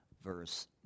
verse